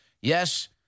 Yes